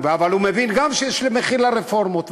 אבל הוא מבין גם שיש מחיר לרפורמות.